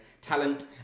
talent